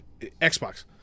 Xbox